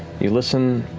you listen,